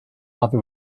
other